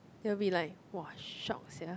it will be like !wah! shiok sia